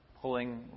pulling